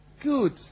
Good